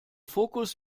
fokus